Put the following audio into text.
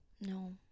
No